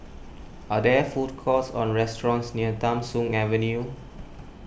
are there food courts or restaurants near Tham Soong Avenue